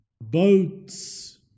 boats